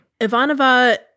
Ivanova